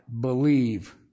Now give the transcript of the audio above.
believe